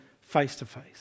face-to-face